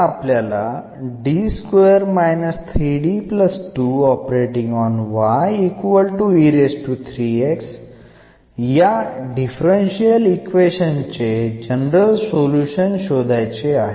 ആദ്യത്തേത് എന്ന ഡിഫറൻഷ്യൽ സമവാക്യത്തിന്റെ ജനറൽ സൊലൂഷൻ കണ്ടെത്തുക എന്നതാണ്